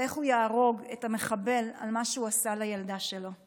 ואיך הוא יהרוג את המחבל על מה שהוא עשה לילדה שלו.